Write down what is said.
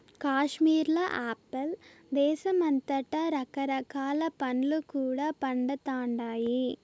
కాశ్మీర్ల యాపిల్ దేశమంతటా రకరకాల పండ్లు కూడా పండతండాయి